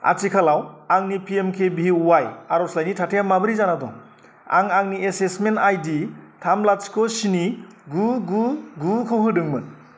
आथिखालाव आंनि P M K B Y आर'जलाइनि थाथाया माब्रै जाना दं आं आंनि एसेसमेन्ट आइ डि थाम लाथिख' स्नि गु गु गु खौ होदोंमोन